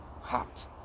hot